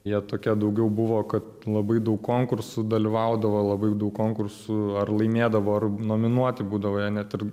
jie tokie daugiau buvo kad labai daug konkursų dalyvaudavo labai daug konkursų ar laimėdavo ar nominuoti būdavo net ir